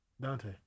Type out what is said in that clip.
Dante